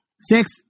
Six